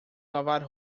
lavar